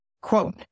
quote